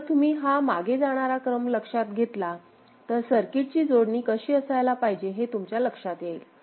जर तुम्ही हा मागे जाणारा क्रम लक्षात घेतला तर सर्किटची जोडणी कशी असायला पाहिजे ते तुमच्या लक्षात येईल